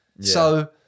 So-